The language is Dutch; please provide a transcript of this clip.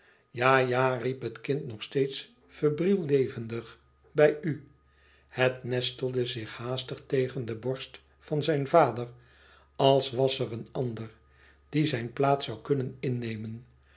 ja riep het kind nog steeds febriel levendig bij u het nestelde zich haastig tegen de borst van zijn vader als was er een ander die zijn plaats zoû kunnen innemen